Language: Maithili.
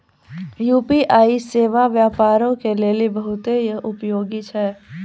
यू.पी.आई सेबा व्यापारो के लेली बहुते उपयोगी छै